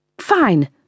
fine